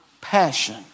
passion